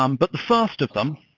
um but the first of them,